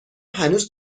هنوز